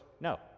No